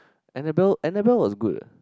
Annabelle Annabelle was good ah